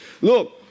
look